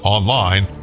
Online